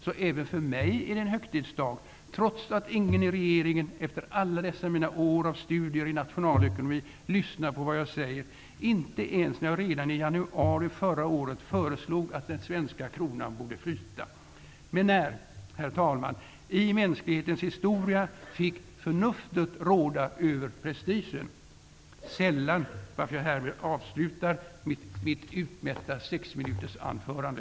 Så även för mig är det en högtidsdag, trots att ingen i regeringen, efter alla dessa mina år av studier i nationalekonomi, lyssnar på vad jag säger, inte ens när jag redan i januari förra året föreslog att den svenska kronan borde flyta. Men när, herr talman, i mänsklighetens historia fick förnuftet råda över prestigen? -- Sällan, varför jag härmed slutar mitt utmätta 6-minutersanförande.